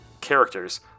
characters